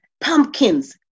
pumpkins